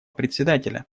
председателя